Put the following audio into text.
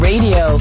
Radio